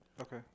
Okay